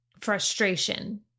frustration